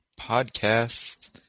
Podcast